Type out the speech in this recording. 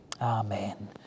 Amen